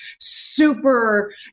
super